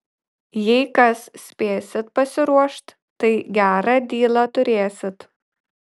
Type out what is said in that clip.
jei kas spėsit pasiruošt tai gerą dylą turėsit